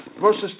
verses